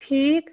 ٹھیٖک